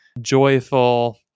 joyful